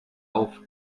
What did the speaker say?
auf